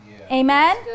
Amen